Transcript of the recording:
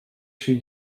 się